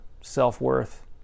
self-worth